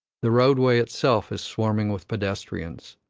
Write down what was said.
the roadway itself is swarming with pedestrians,